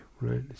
right